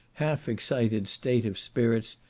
half excited state of spirits,